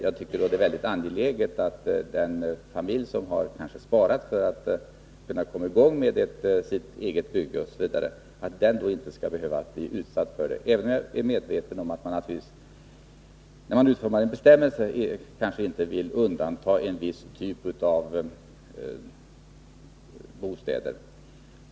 Jag tycker att det är väldigt angeläget att den familj som sparat för att kommai gång med sitt eget bygge inte skall bli utsatt för detta, även om jag är medveten om att man när man utformar en bestämmelse inte vill undanta en viss typ av bostäder.